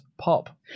pop